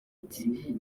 ati